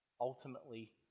ultimately